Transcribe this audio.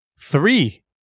Three